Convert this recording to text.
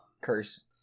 Curse